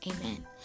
amen